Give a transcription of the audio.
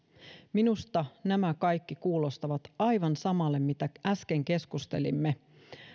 minusta nämä kaikki kuulostavat aivan samalle mitä äsken keskustelimme